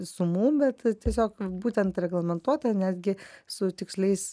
sumų bet tiesiog būtent reglamentuota netgi su tiksliais